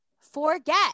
forget